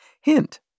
Hint